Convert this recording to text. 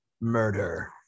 Murder